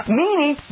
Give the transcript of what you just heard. meaning